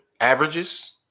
averages